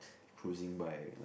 cruising by like